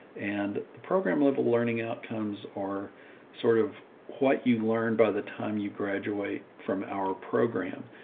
and the program level learning outcomes are sort of what you learned by the time you graduate from our program.